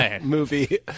movie